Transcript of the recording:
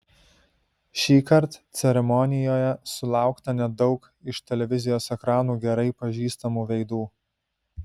šįkart ceremonijoje sulaukta nedaug iš televizijos ekranų gerai pažįstamų veidų